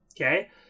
okay